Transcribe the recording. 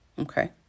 Okay